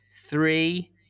three